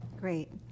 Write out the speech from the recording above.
Great